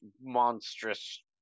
monstrous